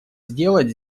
сделать